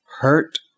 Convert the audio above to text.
hurt